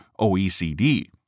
OECD